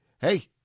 hey